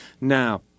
Now